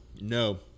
No